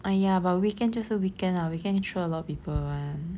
!aiya! but weekend 就是 weekend lah weekend sure a lot of people one